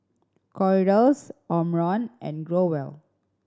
Kordel's Omron and Growell